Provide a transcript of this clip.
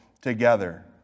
Together